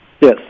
Yes